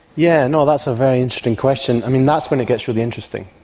yeah and that's a very interesting question. i mean, that's when it gets really interesting,